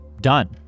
Done